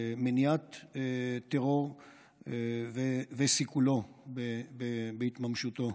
מניעת טרור וסיכול התממשותו.